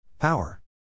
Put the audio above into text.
Power